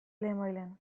lehenbailehen